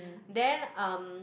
then um